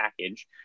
package